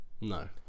No